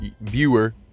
viewer